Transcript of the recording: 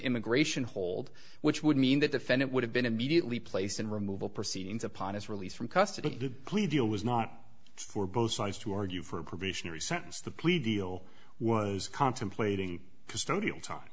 immigration hold which would mean the defendant would have been immediately placed in removal proceedings upon his release from custody plea deal was not for both sides to argue for a probationary sentence the plea deal was contemplating custodial t